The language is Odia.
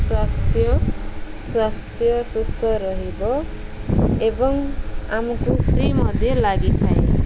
ସ୍ୱାସ୍ଥ୍ୟ ସ୍ୱାସ୍ଥ୍ୟ ସୁସ୍ଥ ରହିବ ଏବଂ ଆମକୁ ଫ୍ରି ମଧ୍ୟ ଲାଗିଥାଏ